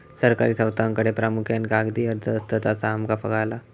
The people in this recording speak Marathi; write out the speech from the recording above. सरकारी संस्थांकडे प्रामुख्यान कागदी अर्ज असतत, असा आमका कळाला